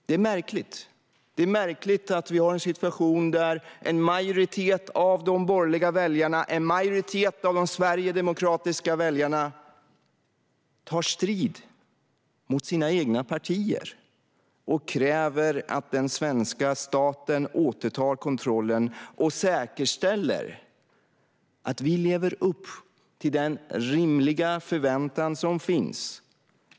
Det är märkligt att vi har en situation där en majoritet av de borgerliga väljarna, en majoritet av de sverigedemokratiska väljarna, tar strid mot sina egna partier och kräver att den svenska staten återtar kontrollen och säkerställer att vi lever upp till den rimliga förväntan som finns.